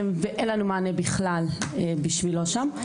ואין לנו מענה בשבילו שם בכלל.